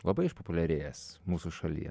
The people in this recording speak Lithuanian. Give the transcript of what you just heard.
labai išpopuliarėjęs mūsų šalyje